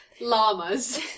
llamas